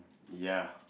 ya